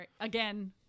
Again